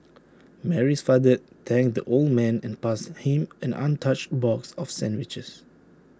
Mary's father thanked the old man and passed him an untouched box of sandwiches